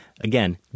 Again